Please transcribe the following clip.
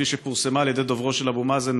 כפי שפורסמה על ידי דוברו של אבו מאזן,